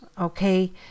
okay